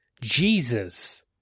Jesus